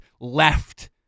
left